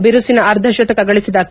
ಬಿರುಸಿನ ಅರ್ಧಶತಕ ಗಳಿಸಿದ ಕೆ